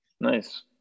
Nice